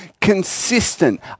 consistent